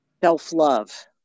Self-love